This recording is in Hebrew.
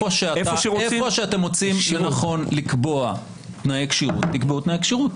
איפה שאתם מוצאים לנכון לקבוע תנאי כשירות תקבעו תנאי כשירות.